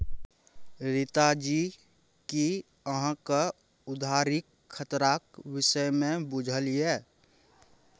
रीता जी कि अहाँक उधारीक खतराक विषयमे बुझल यै?